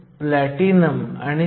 त्यामुळे आता तापमानात वाढ झाली आहे